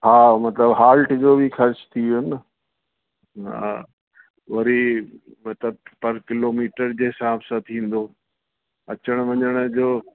हा मतलबु हॉल्ट जो बि ख़र्चु थी वियो न हा वरी मतलबु पर किलोमीटर जे हिसाब सां थींदो अचण वञण जो